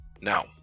Now